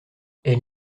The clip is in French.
elle